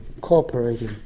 cooperating